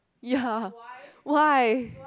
ya why why